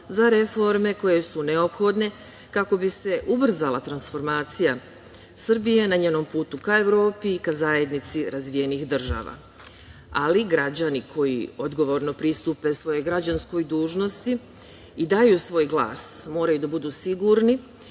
za reforme koje su neophodne kako bi se ubrzala transformacija Srbije na njenom putu ka Evropi, ka zajednici razvijenih država, ali građani koji odgovorno pristupe svojoj građanskoj dužnosti i daju svoj glas moraju da budu sigurni